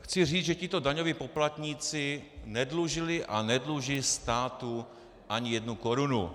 Chci říct, že tito daňoví poplatníci nedlužili a nedluží státu ani jednu korunu.